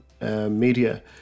media